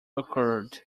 occurred